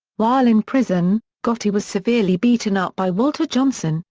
while in prison, gotti was severely beaten up by walter johnson,